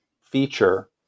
feature